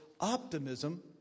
optimism